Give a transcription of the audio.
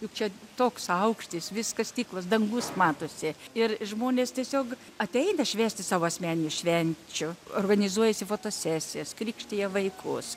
juk čia toks aukštis viską stiklas dangus matosi ir žmonės tiesiog ateina švęsti savo asmeninių švenčių organizuojasi fotosesijas krikštija vaikus